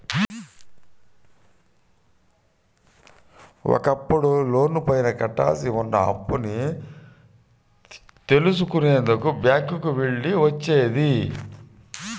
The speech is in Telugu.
ఒకప్పుడు లోనుపైన కట్టాల్సి ఉన్న అప్పుని తెలుసుకునేందుకు బ్యేంకుకి వెళ్ళాల్సి వచ్చేది